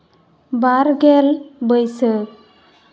ᱵᱟᱨ ᱜᱮᱞ ᱵᱟᱹᱭᱥᱟᱹᱠᱷ